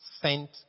sent